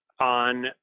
on